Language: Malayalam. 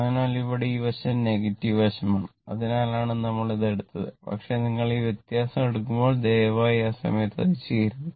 അതിനാൽ ഇവിടെ ഈ വശം നെഗറ്റീവ് വശമാണ് അതിനാലാണ് നമ്മൾ ഇത് എടുത്തത് പക്ഷേ നിങ്ങൾ ഈ വ്യത്യാസം എടുക്കുമ്പോൾ ദയവായി ആ സമയത്ത് അത് ചെയ്യരുത്